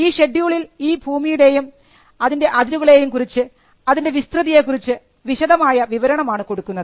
ഈ ഷെഡ്യൂളിൽ ഈ ഭൂമിയുടെയുടെ അതിരുകളെ കുറിച്ചും അതിൻറെ വിസ്തൃതിയെക്കുറിച്ചും വിശദമായ വിവരണമാണ് കൊടുക്കുന്നത്